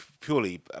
purely